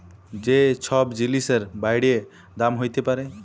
যে ছব জিলিসের বাইড়ে দাম হ্যইতে পারে